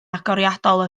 agoriadol